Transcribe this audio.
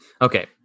Okay